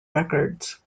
records